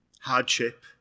hardship